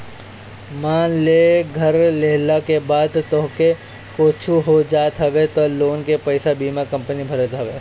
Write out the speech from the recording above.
मान लअ घर लेहला के बाद तोहके कुछु हो जात हवे तअ लोन के पईसा बीमा कंपनी भरत हवे